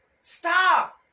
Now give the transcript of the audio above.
Stop